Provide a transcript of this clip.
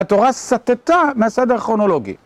התורה סטתה מהסדר כרונולוגי.